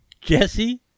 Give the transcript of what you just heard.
Jesse